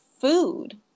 food